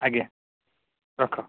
ଆଜ୍ଞା ରଖ